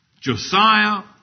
Josiah